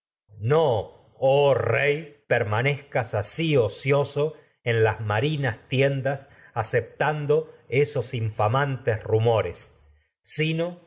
no oh rey per manezcas asi en las marinas tiendas aceptando esos infamantes rumores sino